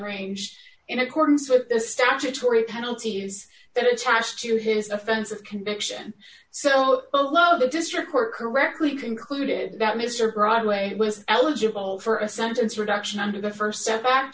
range in accordance with the statutory penalties that attach to his offense of conviction so low the district court correctly concluded that mr broadway was eligible for a sentence reduction under the st setback